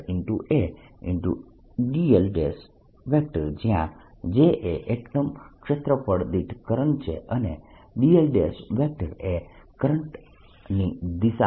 dlજ્યાં J એ એકમ ક્ષેત્રફળ દીઠ કરંટ છે અને dl એ કરંટની દિશામાં છે